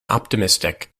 optimistic